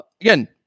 Again